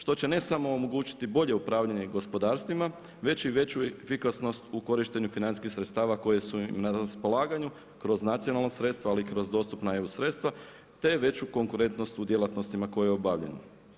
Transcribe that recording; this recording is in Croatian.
Što će ne samo omogućiti bolje upravljanje gospodarstvima, već i veću efikasnost u korištenju financijskih sredstava koje su im na raspolaganju kroz nacionalna sredstva, ali i kroz dostupna EU sredstva, te veću konkurentnost u djelatnostima koje obavljeno.